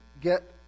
get